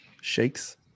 Shakes